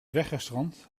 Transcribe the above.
wegrestaurant